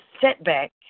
setback